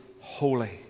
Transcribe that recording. holy